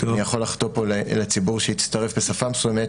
אני יכול לחטוא פה לציבור שיצטרף בשפה מסוימת